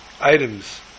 items